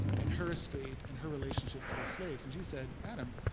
and her state and her relationship to her slaves. and she said, adam,